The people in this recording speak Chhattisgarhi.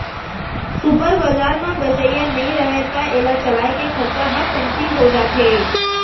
सुपर बजार म बेचइया नइ रहय त एला चलाए के खरचा ह कमती हो जाथे